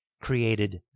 created